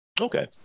Okay